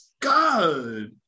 God